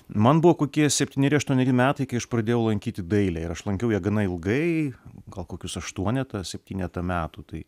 man buvo kokie septyneri aštuoneri metai kai aš pradėjau lankyti dailę ir aš lankiau ją gana ilgai gal kokius aštuonetą septynetą metų tai